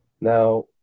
Now